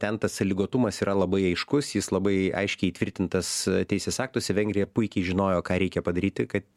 ten tas salygotumas yra labai aiškus jis labai aiškiai įtvirtintas teisės aktuose vengrija puikiai žinojo ką reikia padaryti kad